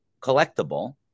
collectible